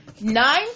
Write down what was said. nine